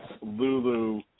Lulu